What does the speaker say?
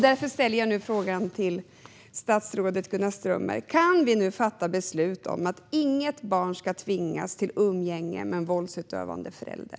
Därför ställer jag nu frågan till statsrådet Gunnar Strömmer: Kan vi nu fatta beslut om att inget barn ska tvingas till umgänge med en våldsutövande förälder?